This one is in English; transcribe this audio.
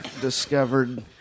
discovered